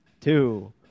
two